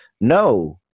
No